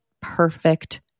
perfect